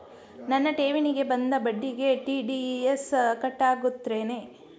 ನನ್ನ ಠೇವಣಿಗೆ ಬಂದ ಬಡ್ಡಿಗೆ ಟಿ.ಡಿ.ಎಸ್ ಕಟ್ಟಾಗುತ್ತೇನ್ರೇ?